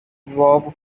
bob